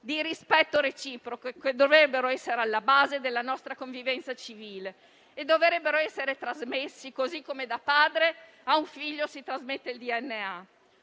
di rispetto reciproco che dovrebbero essere alla base della nostra convivenza civile e dovrebbero essere trasmessi come da padre in figlio si trasmette il DNA.